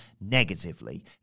negatively